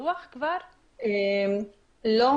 כוח אדם